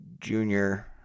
Junior